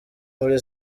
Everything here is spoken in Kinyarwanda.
muri